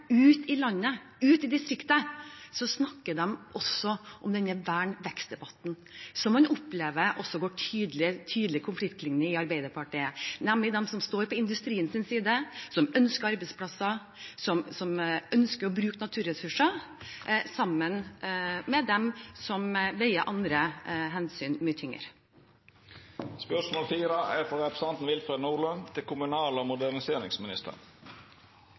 i landet og ute i distriktene, snakker de også om denne vern/vekst-debatten. Man opplever at det går tydelige konfliktlinjer om dette også i Arbeiderpartiet, nemlig mellom dem som står på industriens side, som ønsker arbeidsplasser, og som ønsker å bruke naturressursene, og dem som lar andre hensyn veie mye tyngre. Jeg tillater meg å stille følgende spørsmål til kommunal- og moderniseringsministeren: